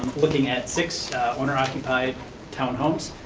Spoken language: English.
looking at six owner-occupied townhomes,